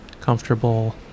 comfortable